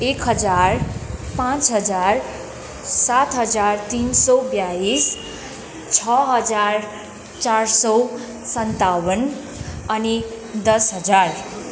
एक हजार पाँच हजार सात हजार तिन सय बाइस छ हजार चार सय सन्ताउन्न अनि दस हजार